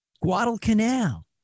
Guadalcanal